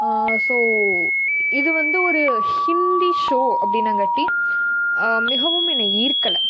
so இது வந்து ஒரு ஹிந்தி ஷோ அப்படின்னங்காட்டி மிகவும் என்னை ஈர்க்கலை